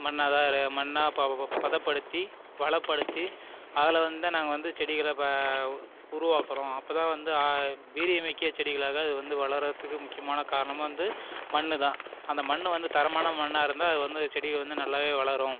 மண்ணாக தான் மண்ணாக பதப்படுத்தி வளப்படுத்தி அதில் வந்து நாங்கள் வந்து செடிகளை உருவாக்குகிறோம் அப்போது தான் வந்து வீரியமிக்க செடிகளாக அது வந்து வளர்றதுக்கு முக்கியமான காரணமாக வந்து மண் தான் அந்த மண் வந்து தரமான மண்ணாக இருந்தால் அது வந்து செடிகள் வந்து நல்லாவே வளரும்